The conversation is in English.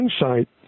insight